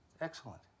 Excellent